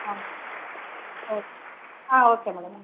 ஆமாம் ஓகே ஆ okay madam